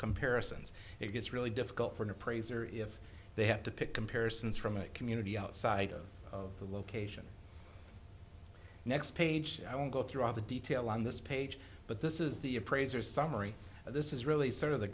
comparisons it's really difficult for an appraiser if they have to pick comparisons from a community outside of the location next page don't go through all the detail on this page but this is the appraisers summary and this is really sort of the